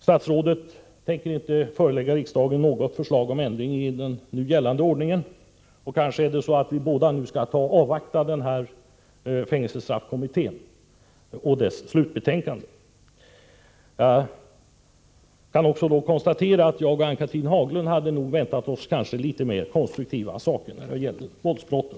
Statsrådet tänker inte förelägga riksdagen något förslag till ändring i nu gällande ordning, och kanske borde vi båda avvakta fängelsestraffkommittén och dess slutbetänkande. Jag kan också konstatera att jag och Ann-Cathrine Haglund nog båda hade väntat oss en något mer konstruktiv inställning från justitieministerns sida när det gäller våldsbrotten.